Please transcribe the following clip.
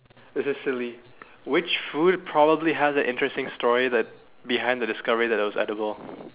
this is silly which food probably has a interesting story that behind the discovery that it was edible